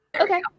okay